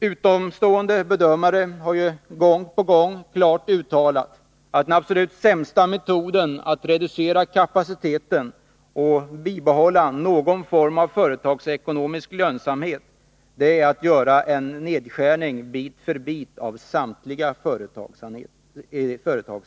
Utomstående bedömare har ju gång på gång klart uttalat att den sämsta metoden att reducera kapaciteten till skilda enheter och bibehålla någon form av företagsekonomisk lönsamhet är att skära ned en bit på samtliga företagsenheter.